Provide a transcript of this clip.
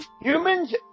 Humans